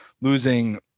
losing